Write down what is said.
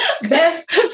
Best